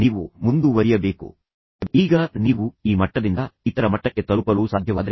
ನೀವು ಒಟ್ಟಿಗೆ ವಾಸಿಸುವ ಪ್ರಯೋಜನಗಳನ್ನು ಸಹ ಎತ್ತಿ ತೋರಿಸಬಹುದು